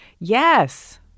Yes